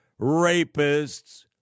rapists